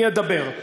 אני אדבר.